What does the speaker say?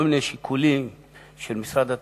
כל מיני שיקולים של משרד התמ"ת,